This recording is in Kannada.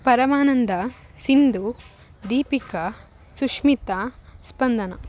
ಪರಮಾನಂದ ಸಿಂಧು ದೀಪಿಕ ಸುಶ್ಮಿತ ಸ್ಪಂದನ